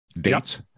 dates